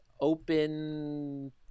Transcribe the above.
open